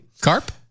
Carp